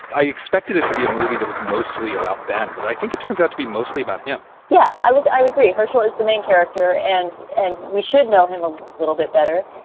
i expected it to be a movie that was mostly about ben, but i think it turns out to be mostly about him yeah, i would i would agree. hershel is the main character and and we should know him a little bit better.